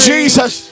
Jesus